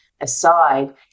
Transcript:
aside